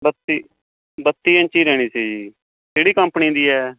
ਬੱਤੀ ਬੱਤੀ ਇੰਚੀ ਲੈਣੀ ਸੀ ਜੀ ਕਿਹੜੀ ਕੰਪਨੀ ਦੀ ਹੈ